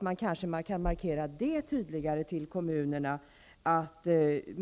Man kanske kan markera det tydligare till kommunerna.